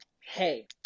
Hey